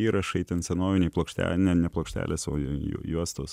įrašai ten senoviniai plokštelė ne plokštelės o jo juostos